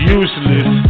useless